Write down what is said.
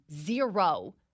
Zero